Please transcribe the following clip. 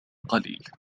قليل